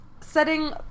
Setting